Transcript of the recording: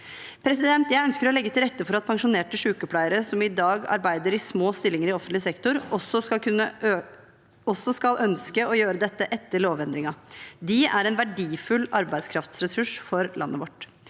Jeg ønsker å legge til rette for at pensjonerte sykepleiere som i dag arbeider i små stillinger i offentlig sektor, også skal ønske å gjøre dette etter lovendringen. De er en verdifull arbeidskraftressurs for landet vårt.